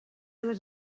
les